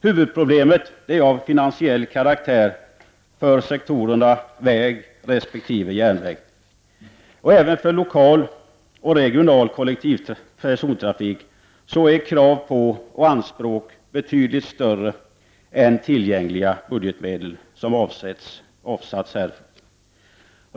Huvudproblemet är av finansiell karaktär för sektorerna väg och järnväg. Även för lokal och regional kollektiv persontrafik är krav och anspråk betydligt större än de tillgängliga budgetmedel som har avsatts.